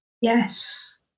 Yes